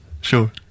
Sure